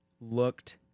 looked